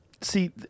see